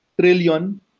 trillion